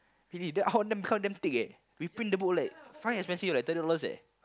really then our one become damn thick eh we print the book like quite expensive eh ten dollars eh